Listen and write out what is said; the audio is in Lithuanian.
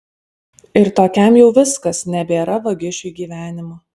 ir tokiam jau viskas nebėra vagišiui gyvenimo